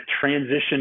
transition